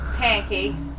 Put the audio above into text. Pancakes